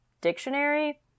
dictionary